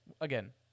Again